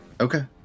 Okay